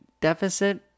deficit